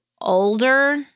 older